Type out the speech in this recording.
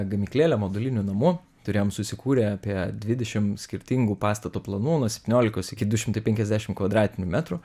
gamyklėlę modulinių namų turėjom susikūrę apie dvidešim skirtingų pastato planų nuo septyniolikos iki du šimtai penkiasdešim kvadratinių metrų